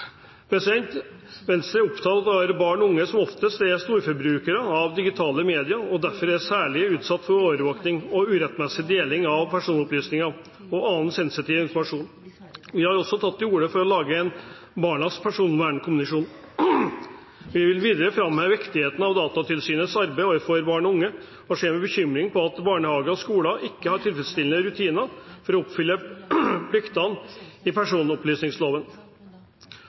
Venstre er opptatt av barn og unge, som ofte er storforbrukere av digitale medier, og derfor er særlig utsatt for overvåking og urettmessig deling av personopplysninger og annen sensitiv informasjon. Vi har også tatt til orde for å lage en barnas personvernkommisjon. Vi vil videre framheve viktigheten av Datatilsynets arbeid overfor barn og unge og ser med bekymring på at barnehager og skoler ikke har tilfredsstillende rutiner for å oppfylle pliktene i personopplysningsloven.